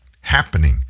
happening